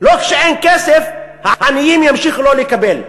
לא כשאין כסף, העניים ימשיכו לא לקבל,